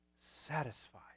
satisfied